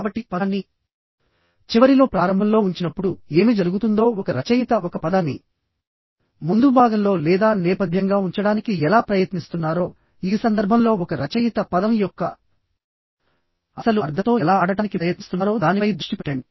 కాబట్టి పదాన్ని చివరిలో ఉంచినప్పుడు ఏమి జరుగుతుందో దానిని ప్రారంభంలో ఉంచినప్పుడు ఏమి జరుగుతుందో ఒక రచయిత ఒక పదాన్ని ముందుభాగంలో లేదా నేపథ్యంగా ఉంచడానికి ఎలా ప్రయత్నిస్తున్నారో ఈ సందర్భంలో ఒక రచయిత పదం యొక్క అసలు అర్థంతో ఎలా ఆడటానికి ప్రయత్నిస్తున్నారో దానిపై దృష్టి పెట్టండి